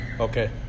okay